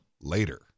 later